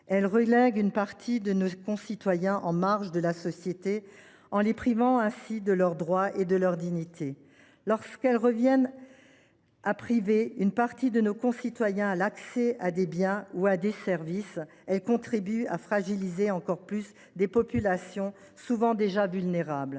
Elles relèguent une partie de nos concitoyens en marge de la société, en les privant de leurs droits et de leur dignité. Lorsqu’elles reviennent à priver une partie de nos concitoyens de l’accès à des biens ou à des services, elles contribuent à fragiliser encore plus des populations souvent déjà vulnérables.